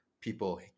people